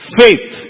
faith